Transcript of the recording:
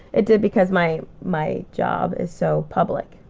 it did because my my job is so public.